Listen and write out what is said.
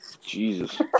Jesus